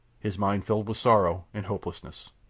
his mind filled with sorrow and hopelessness,